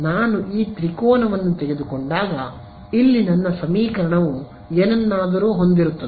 ನಾನು ಈ ತ್ರಿಕೋನವನ್ನು ತೆಗೆದುಕೊಂಡಾಗ ಇಲ್ಲಿ ನನ್ನ ಸಮೀಕರಣವು ಏನನ್ನಾದರೂ ಹೊಂದಿರುತ್ತದೆ